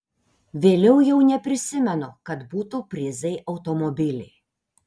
vėliau jau neprisimenu kad būtų prizai automobiliai